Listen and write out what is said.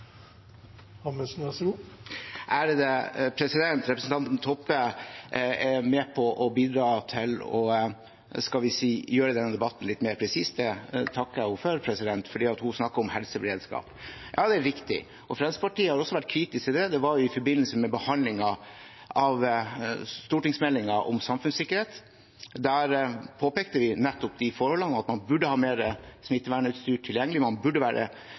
med på å gjøre denne debatten litt mer presis – det takker jeg henne for – for hun snakker om helseberedskap. Ja, det er viktig. Fremskrittspartiet har også vært kritisk til den. I forbindelse med behandlingen av stortingsmeldingen om samfunnssikkerhet påpekte vi nettopp de forholdene: at man burde ha mer smittevernutstyr tilgjengelig, man burde være